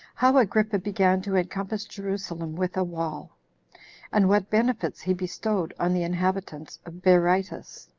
how agrippa began to encompass jerusalem with a wall and what benefits he bestowed on the inhabitants of berytus.